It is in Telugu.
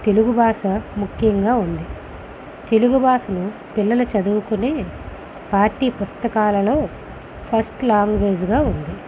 తెలుగు భాష ముఖ్యంగా ఉంది తెలుగు భాషను పిల్లల చదువుకునే పార్టీ పుస్తకాలలో ఫస్ట్ లాంగ్వేజ్గా ఉంది